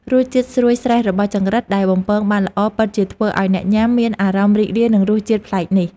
រសជាតិស្រួយស្រេះរបស់ចង្រិតដែលបំពងបានល្អពិតជាធ្វើឱ្យអ្នកញ៉ាំមានអារម្មណ៍រីករាយនឹងរសជាតិប្លែកនេះ។